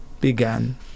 began